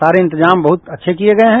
सारे इंतजाम बहत अच्छे किए गए हैं